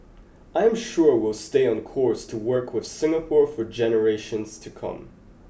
I'm sure we will stay on course to work with Singapore for generations to come